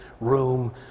room